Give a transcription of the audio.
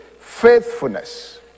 faithfulness